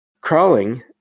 crawling